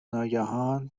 ناگهان